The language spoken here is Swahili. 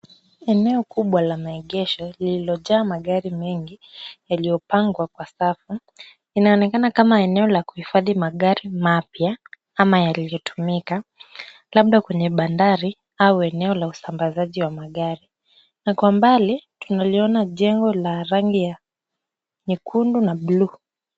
Eneo kubwa la maegesho, lililojaa magari mengi yaliyopangwa kwa safu. Inaonekana kama eneo la kuhifadhi magari mapya ama yaliyotumika, labda kwenye bandari au eneo la usambazaji wa magari na kwa mbali, tunaliona jengo la rangi ya nyekundu na blue .